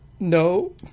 No